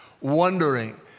Wondering